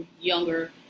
younger